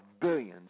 billions